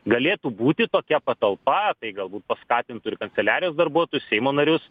galėtų būti tokia patalpa tai galbūt paskatintų ir kanceliarijos darbuotojus seimo narius